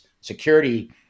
security